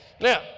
Now